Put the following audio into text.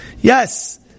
Yes